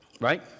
right